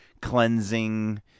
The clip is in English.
cleansing